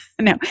No